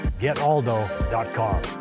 getaldo.com